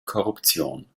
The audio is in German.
korruption